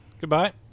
Goodbye